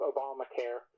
Obamacare